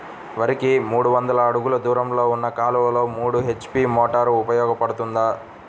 వరికి మూడు వందల అడుగులు దూరంలో ఉన్న కాలువలో మూడు హెచ్.పీ మోటార్ ఉపయోగపడుతుందా?